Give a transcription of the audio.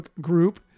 group